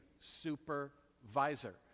supervisor